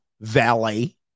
Valet